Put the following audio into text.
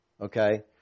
Okay